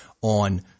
on